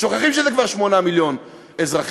שוכחים שזה כבר 8 מיליון אזרחים.